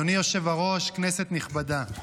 אדוני היושב-ראש, כנסת נכבדה,